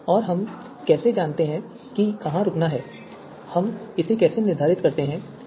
और हम कैसे जानते हैं कि कहां रुकना है हम इसे कैसे निर्धारित करते हैं a